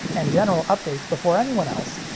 and general updates before anyone else,